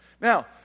now